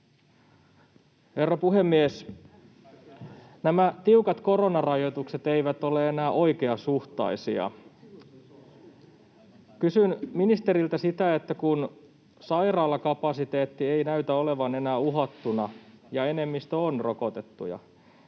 Herra puhemies! Nämä tiukat koronarajoitukset eivät ole enää oikeasuhtaisia. Kysyn ministeriltä: kun sairaalakapasiteetti ei näytä olevan enää uhattuna ja enemmistö on rokotettuja,